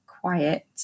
quiet